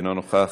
אינו נוכח,